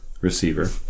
receiver